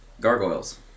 Gargoyles